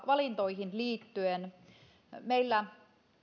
valintoihin liittyen meillä